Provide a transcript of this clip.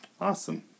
Awesome